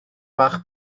bach